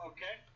Okay